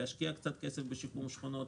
להשקיע קצת כסף בשיקום שכונות,